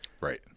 Right